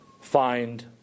find